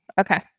Okay